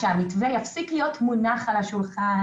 שהמתווה יפסיק להיות מונח על השולחן